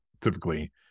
typically